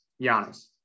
Giannis